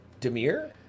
Demir